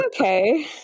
okay